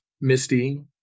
Misty